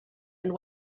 and